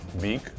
Beak